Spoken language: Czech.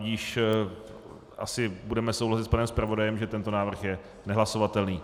Tudíž asi budeme souhlasit s panem zpravodajem, že tento návrh je nehlasovatelný.